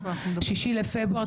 6 לפברואר,